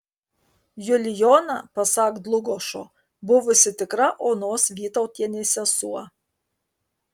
julijona pasak dlugošo buvusi tikra onos vytautienės sesuo